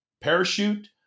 parachute